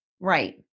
Right